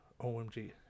OMG